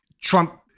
Trump